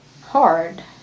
hard